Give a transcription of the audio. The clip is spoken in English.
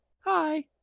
Hi